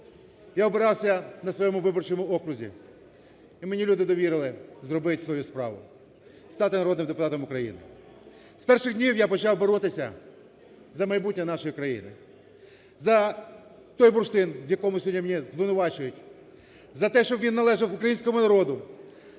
Я обирався на своєму виборчому окрузі. І мені люди довірили зробити свою справу стати народним депутатом України. З перших дні я почав боротися за майбутнє нашої країни, за той бурштин в якому сьогодні мене звинувачують, за те, щоб він належав українському народу.